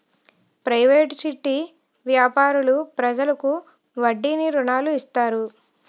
private చిట్టి వ్యాపారులు ప్రజలకు వడ్డీకి రుణాలు ఇస్తారు